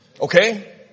Okay